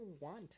want